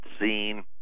seen